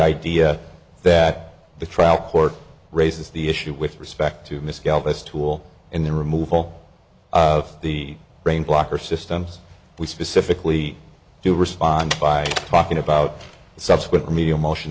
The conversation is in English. idea that the trial court raises the issue with respect to misc elvis tool and the removal of the brain blocker systems we specifically do respond by talking about subsequent media motion